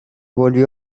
volvió